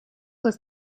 was